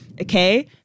Okay